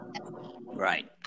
Right